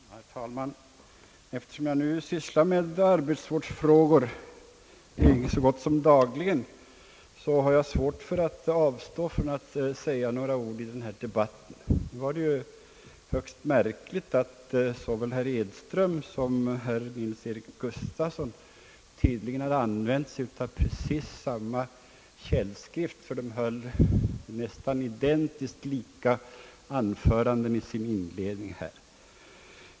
Herr talman! Eftersom jag nu sysslar med arbetsvårdsfrågor så gott som dagligen, har jag svårt att avstå från att säga några ord i denna debatt. Det var högst märkligt att såväl herr Edström som herr Nils-Eric Gustafsson tydligen utnyttjat precis samma källskrift — de hade nästan identiskt lika inledningar till sina anföranden här.